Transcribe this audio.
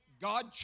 God